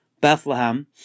Bethlehem